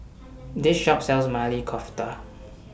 This Shop sells Maili Kofta